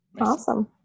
awesome